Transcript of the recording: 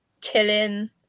chilling